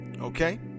Okay